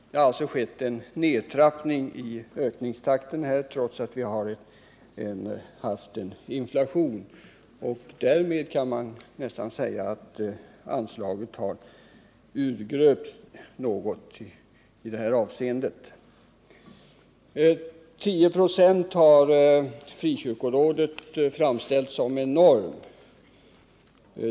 Det har alltså skett en nedtrappning av ökningstakten trots att vi haft inflation, och därmed kan man nästan säga att anslaget har urgröpts i det här avseendet. 10 96 har frikyrkorådet framställt som en norm.